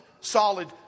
solid